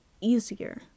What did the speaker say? easier